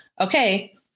okay